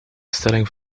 stelling